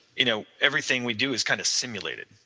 you know everything we do is kind of simulated,